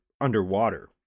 underwater